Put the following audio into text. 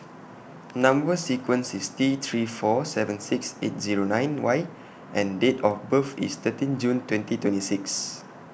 Number sequence IS T three four seven six eight Zero nine Y and Date of birth IS thirteen June twenty twenty six